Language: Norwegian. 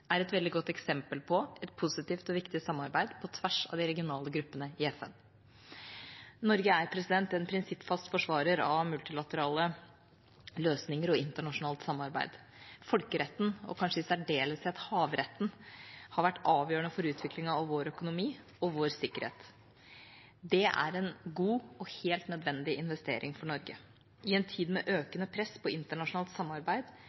er et veldig godt eksempel på et positivt og viktig samarbeid på tvers av de regionale gruppene i FN. Norge er en prinsippfast forsvarer av multilaterale løsninger og internasjonalt samarbeid. Folkeretten, og kanskje i særdeleshet havretten, har vært avgjørende for utviklingen av vår økonomi og vår sikkerhet. Det er en god og helt nødvendig investering for Norge. I en tid med økende press på internasjonalt samarbeid